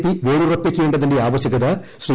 P വേരുറപ്പിക്കേണ്ടതിന്റെ ആവശ്യകത ശ്രീ